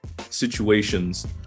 situations